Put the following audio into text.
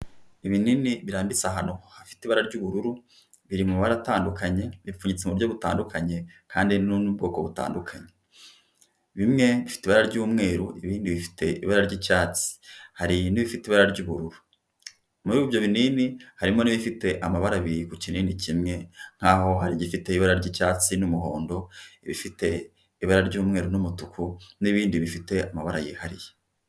Ibinini birambitse ahantu hafite ibara ry'ubururu biri mu mabara atandukanye, bipfunyitse mu buryo butandukanye kandi n n'ubwoko butandukanye, bimwe bifite ibara ry'umweru, ibindi bifite ibara ry'icyatsi, hari n'ibifite ibara ry'ubururu, muri ibyo binini harimo n'ibifite amabara abiri ku kinini kimwe nk'aho hari igifite ibara ry'icyatsi n'umuhondo, ibifite ibara ry'umweru n'umutuku n'ibindi bifite amabara yihariye.